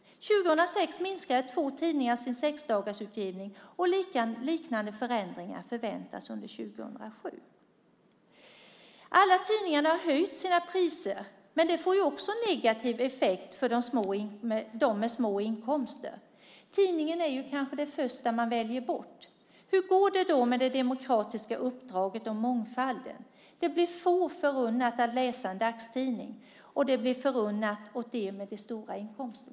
Under 2006 minskade två tidningar sin sexdagarsutgivning, och liknande förändringar förväntas under 2007. Alla tidningar har höjt sina priser. Men det får också en negativ effekt för dem som har små inkomster. Tidningen är kanske det första som man väljer bort. Hur går det då med det demokratiska uppdraget om mångfald? Det blir få förunnat att läsa en dagstidning. Det blir förunnat dem med stora inkomster.